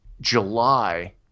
July